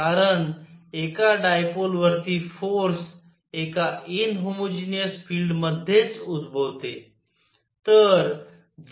कारण एका डायपोल वरती फोर्स एका इनहोमोजिनियस फिल्ड मधेच उद्भवते